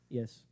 yes